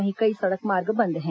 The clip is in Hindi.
वहीं कई सड़क मार्ग बंद हैं